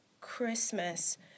Christmas